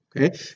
okay